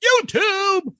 YouTube